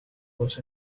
was